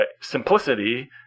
simplicity